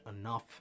enough